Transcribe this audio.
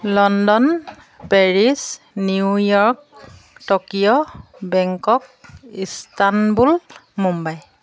London Paris New York Tokyo Bangkok Istanbul Mumbai